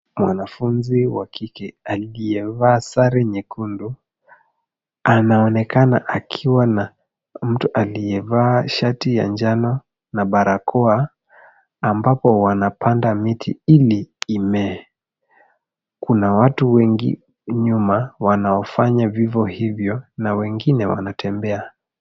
Mwanafunzi wa kike aliyevaa sare nyekundu, anaonekana akiwa na mtu aliyevaa shati ya njano na barakoa, ambapo wanapanda miti, ili imee. Kuna watu wengi nyuma, wanaofanya vivo hivyo, na wengine wanatembea.